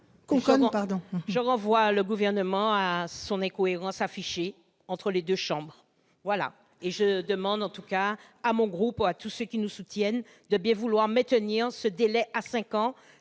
Je renvoie le Gouvernement à son incohérence affichée entre les deux chambres, et je demande à mon groupe et à tous ceux qui nous soutiennent de bien vouloir maintenir ce délai à cinq ans.